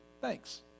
thanks